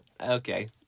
okay